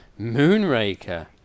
Moonraker